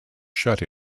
shut